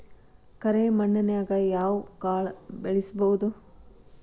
ಕರೆ ಮಣ್ಣನ್ಯಾಗ್ ಯಾವ ಕಾಳ ಬೆಳ್ಸಬೋದು?